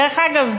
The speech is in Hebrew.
דרך אגב,